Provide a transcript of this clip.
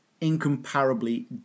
incomparably